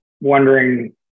wondering